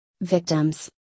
Victims